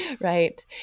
right